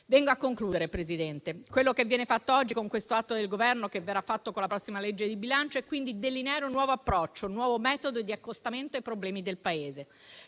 avvio a concludere. Quello che viene fatto oggi, con questo atto del Governo che verrà realizzato con la prossima legge di bilancio, è quindi delineare un nuovo approccio, un nuovo metodo di accostamento ai problemi del Paese.